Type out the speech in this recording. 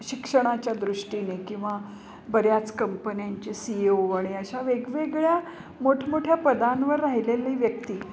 शिक्षणाच्या दृष्टीने किंवा बऱ्याच कंपन्यांचे सी ई ओ आणि अशा वेगवेगळ्या मोठमोठ्या पदांवर राहिलेली व्यक्ती